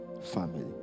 family